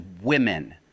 women